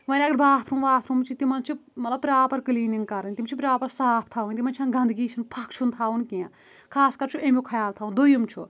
وۄنۍ اگر باتھروٗم واتھروٗم چھُ تِمَن چھ مطلب پرٛاپَر کٕلیٖنِنٛگ کَرٕنۍ تِم چھِ پرٛاپَر صاف تھاوٕنۍ تِمن چھنہٕ گنٛدگی چھنہٕ فَکھ چھُنہٕ تھاوُن کیٚنٛہہ خاص کر چھُ اَمیُک خیال تھاوُن دویِم چھُ